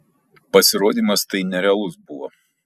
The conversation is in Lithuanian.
pasirodymas tai nerealus buvo